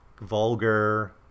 vulgar